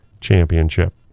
championship